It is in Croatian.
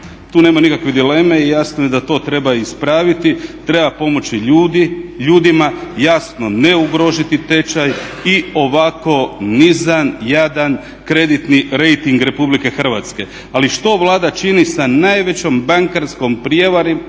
tu nemam nikakve dileme i jasno je da to treba ispraviti, treba pomoći ljudima, jasno ne ugroziti tečaj i ovako nizan, jadan kreditni reiting Republike Hrvatske. Ali što Vlada čini sa najvećom bankarskom prijevarom